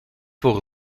voor